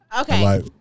Okay